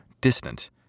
distant